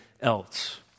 else